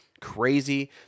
crazy